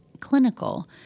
clinical